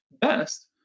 best